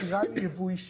שהיא ייבוא אישי.